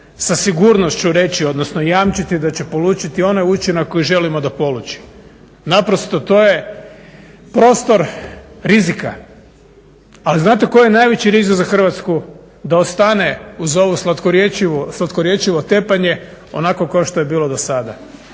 sa sigurnošću reći odnosno jamčiti da će polučiti onaj učinak koji želimo da poluči. Naprosto to je prostor rizika. Ali znate koji je najveći rizik za Hrvatsku? Da ostane uz ovo slatkorječivo tepanje onako kao što je bilo do sada.